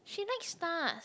she likes stars